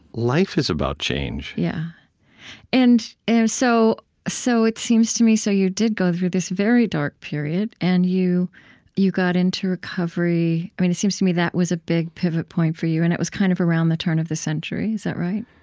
life is about change yeah and and so so it seems to me so you did go through this very dark period, and you you got into recovery. i mean, it seems to me, that was a big pivot point for you, and it was kind of around the turn of the century. is that right?